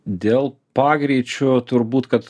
dėl pagreičio turbūt kad